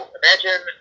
imagine